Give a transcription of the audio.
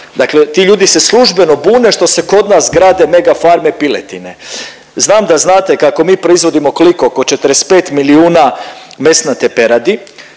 Dakle, ti ljudi se službeno bune što se kod nas grade megafarme piletine. Znam da znate kako mi proizvodimo, koliko oko 45 milijuna mesnate peradi,